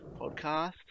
Podcast